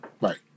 Right